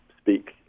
speak